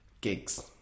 Gigs